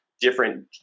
different